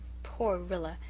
poor rilla!